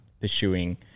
pursuing